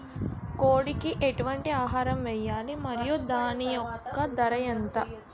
కోడి కి ఎటువంటి ఆహారం వేయాలి? మరియు దాని యెక్క ధర ఎంత?